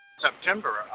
September